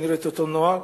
ואותו נוער,